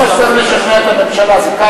כל מה שצריך לשכנע את הממשלה זה,